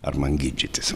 ar man ginčytis